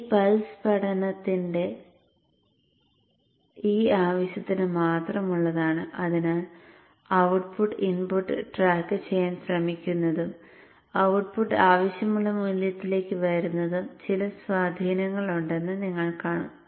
ഈ പൾസ് പഠനത്തിന്റെ ഈ ആവശ്യത്തിന് മാത്രമുള്ളതാണ് അതിനാൽ ഔട്ട്പുട്ട് ഇൻപുട്ട് ട്രാക്ക് ചെയ്യാൻ ശ്രമിക്കുന്നതും ഔട്ട്പുട്ട് ആവശ്യമുള്ള മൂല്യത്തിലേക്ക് വരുന്നതും ചില സ്വാധീനങ്ങളുണ്ടെന്ന് നിങ്ങൾ കാണും